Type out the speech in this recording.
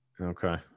okay